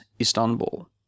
Istanbul